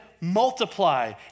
multiply